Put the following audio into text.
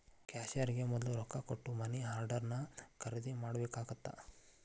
ಕ್ಯಾಶಿಯರ್ಗೆ ಮೊದ್ಲ ರೊಕ್ಕಾ ಕೊಟ್ಟ ಮನಿ ಆರ್ಡರ್ನ ಖರೇದಿ ಮಾಡ್ಬೇಕಾಗತ್ತಾ